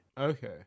Okay